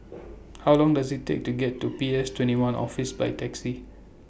How Long Does IT Take to get to P S twenty one Office By Taxi